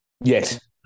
Yes